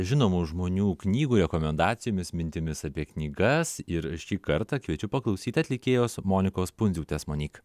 žinomų žmonių knygų rekomendacijomis mintimis apie knygas ir šį kartą kviečiu paklausyti atlikėjos monikos pundziūtės monik